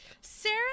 Sarah